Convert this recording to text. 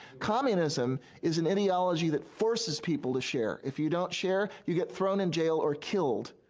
communism is an ideology that forces people to share. if you don't share, you get thrown in jail or killed.